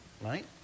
right